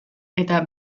eta